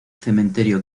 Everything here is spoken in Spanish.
cementerio